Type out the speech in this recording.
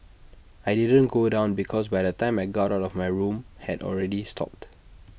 I didn't go down because by the time I got out of my room had already stopped